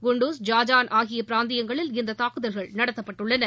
குண்டுஸ் Jowzjan ஆகிய பிராந்தியங்களில் இந்த தாக்குதல்கள் நடத்தப்பட்டுள்ளன